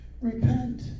Repent